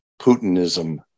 Putinism